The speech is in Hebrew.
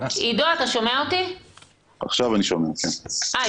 כל מה